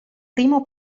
primo